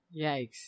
Yikes